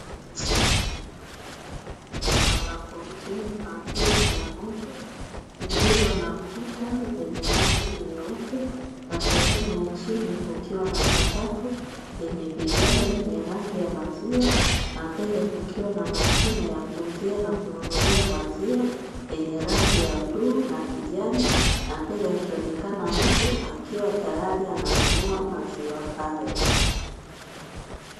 Duka la kuuzia maziwa ya ng’ombe lililo na kuta zenye rangi nyeupe na sehemu ya chini kukiwa na sakafu yenye vigae vyenye rangi ya maziwa, na mbele kukiwa na mashine ya kuuzia na kununulia maziwa yenye rangi ya bluu na kijani, na mbele akionekana mtu akiwa tayari ananununua maziwa hayo.